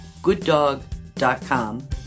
gooddog.com